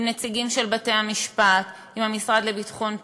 נציגים של בתי-המשפט ועם המשרד לביטחון פנים,